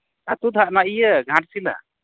ᱟᱛᱳ ᱫᱚ ᱱᱟᱦᱟᱜ ᱤᱭᱟᱹ ᱜᱷᱟᱴᱥᱤᱞᱟᱹ